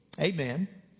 Amen